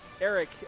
eric